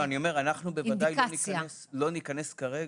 ניכנס כרגע,